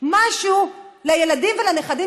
משהו לילדים ולנכדים,